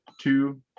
two